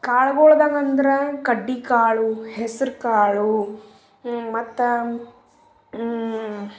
ಕಾಳಗಳ್ದಾಗ ಅಂದ್ರೆ ಕಡ್ಡಿ ಕಾಳು ಹೆಸ್ರುಕಾಳು ಮತ್ತು